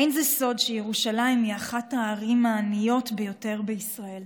אין זה סוד שירושלים היא אחת הערים העניות ביותר בישראל.